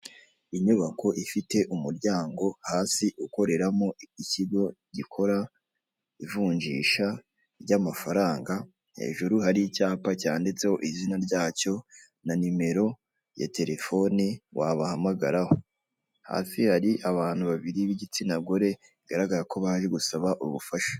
Inyubako ifite umuryago hasi ukoreramo ikigo gikora ivunjisha ry'amafaranga, hejuru hari icyapa cyanditseho izina ryacyo na nimero ya telefoni wabahamagaraho. Hasi hari abantu babiri b'igitsina gore bigaragara ko baje gusaba ubufasha.